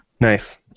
Nice